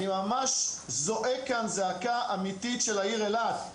אני ממש זועק כאן אמיתית של העיר אילת.